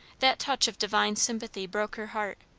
that touch of divine sympathy broke her heart.